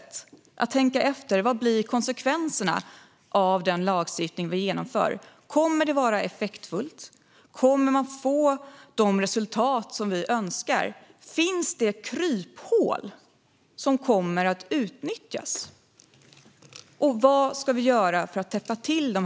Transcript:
Det handlar om att tänka efter före: Vad blir konsekvenserna av den lagstiftning vi genomför? Kommer det att vara effektfullt? Kommer vi att få de resultat som vi önskar? Finns det kryphål som kommer att utnyttjas? Vad ska vi göra för att täppa till hålen?